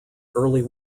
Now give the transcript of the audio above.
early